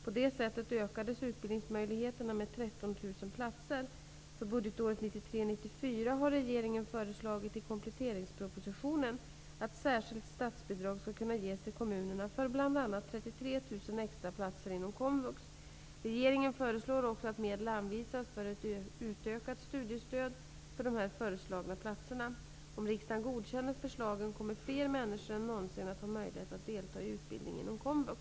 På detta sätt ökades utbildningsmöjligheterna med 13 000 platser. För budgetåret 1993 93:150, bil. 7) att särskilt statsbidrag skall kunna ges till kommunerna för bl.a. 33 000 extra platser inom komvux. Regeringen förslår också att medel anvisas för ett utökat studiestöd för de föreslagna platserna. Om riksdagen godkänner förslagen, kommer fler människor än någonsin att ha möjlighet att delta i utbildning inom komvux.